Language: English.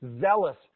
Zealous